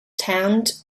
tent